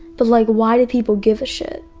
but like, why do people give a shit?